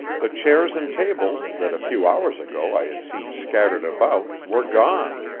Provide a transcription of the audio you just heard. the chairs and tables that a few hours ago i had seen scattered about were gone.